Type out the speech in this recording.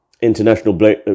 international